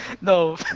No